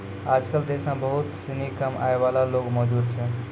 आजकल देश म बहुत सिनी कम आय वाला लोग मौजूद छै